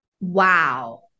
Wow